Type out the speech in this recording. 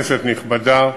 נכבדה,